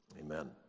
amen